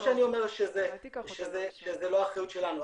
לא שאני אומר שזה לא אחריות שלנו,